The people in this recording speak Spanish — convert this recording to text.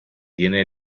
tiene